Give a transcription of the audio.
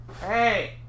Hey